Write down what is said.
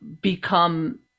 become